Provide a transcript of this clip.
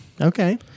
Okay